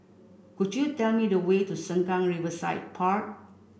could you tell me the way to Sengkang Riverside Park